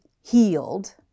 healed